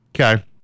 Okay